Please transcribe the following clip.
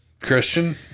Christian